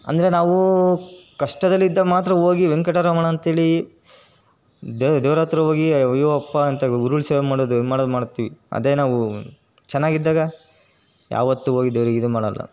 ಅಂದರೆ ನಾವು ಕಷ್ಟದಲ್ಲಿದ್ದಾಗ ಮಾತ್ರ ಹೋಗಿ ವೆಂಕಟರಮಣ ಅಂತ ಹೇಳಿ ದೇವ ದೇವರ ಹತ್ರ ಹೋಗಿ ಅಯ್ಯೋ ಅಪ್ಪ ಅಂತ ಉರುಳು ಸೇವೆ ಮಾಡದು ಮಾಡದು ಮಾಡ್ತೀವಿ ಅದೇ ನಾವು ಚೆನ್ನಾಗಿದ್ದಾಗ ಯಾವತ್ತೂ ಹೋಗಿ ದೇವ್ರಿಗೆ ಇದು ಮಾಡೋಲ್ಲ